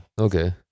Okay